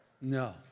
No